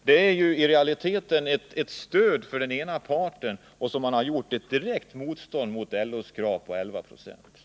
Detta är i realiteten ett stöd för den ena parten och ett direkt motstånd mot LO:s krav på 11 96.